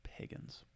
Pagans